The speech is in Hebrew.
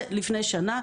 זה לפני שנה.